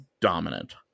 dominant